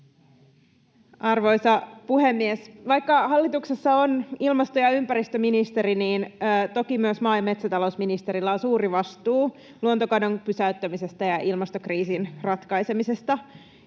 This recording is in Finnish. Arvoisa puhemies! Vaikka hallituksessa on ilmasto‑ ja ympäristöministeri, niin toki myös maa‑ ja metsätalousministerillä on suuri vastuu luontokadon pysäyttämisestä ja ilmastokriisin ratkaisemisesta.